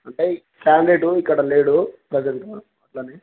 అంటే ఫ్యామిలీడ్ ఇక్కడ లేేడు జం అట్లానే